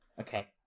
Okay